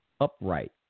upright